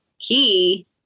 key